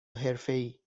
حرفهای